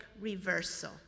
reversal